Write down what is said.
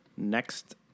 Next